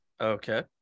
Okay